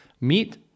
meet